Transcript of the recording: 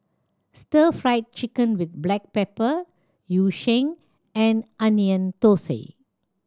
Stir Fried Chicken with black pepper Yu Sheng and Onion Thosai